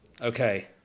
okay